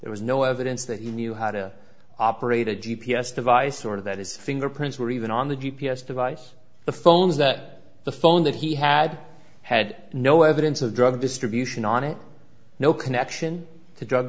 there was no evidence that he knew how to operate a g p s device sort of that his fingerprints were even on the g p s device the phones that the phone that he had had no evidence of drug distribution on it no connection to drug